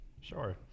Sure